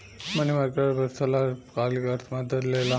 मनी market, अर्थव्यवस्था ला अल्पकालिक आर्थिक मदद देला